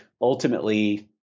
ultimately